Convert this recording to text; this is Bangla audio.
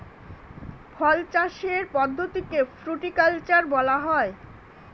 ফল চাষের পদ্ধতিকে ফ্রুটিকালচার বলা হয়